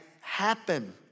happen